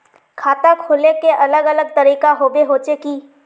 खाता खोले के अलग अलग तरीका होबे होचे की?